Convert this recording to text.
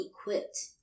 equipped